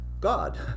God